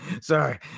Sorry